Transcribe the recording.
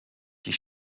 die